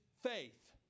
faith